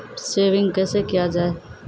Saving कैसै किया जाय?